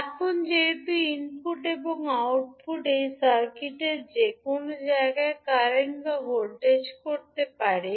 এখন যেহেতু ইনপুট এবং আউটপুট এই সার্কিটের যে কোনও জায়গায় কারেন্ট বা ভোল্টেজ করতে পারে